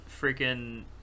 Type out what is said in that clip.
freaking